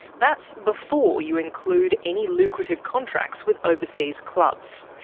that's before you include any lucrative contracts with overseas clubs.